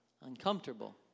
Uncomfortable